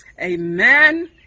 Amen